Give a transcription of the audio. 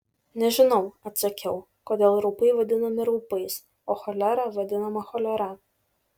nežinau atsakiau kodėl raupai vadinami raupais o cholera vadinama cholera